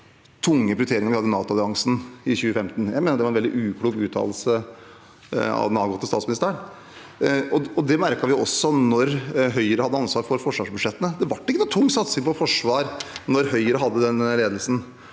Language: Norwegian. tunge prioriteringen vi hadde av NATOalliansen i 2015. Jeg mener at det var en veldig uklok uttalelse av den avgåtte statsministeren. Det merket vi også da Høyre hadde ansvaret for forsvarsbudsjettene. Det ble ikke noen tung satsing på forsvar da Høyre hadde ledelsen.